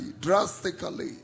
drastically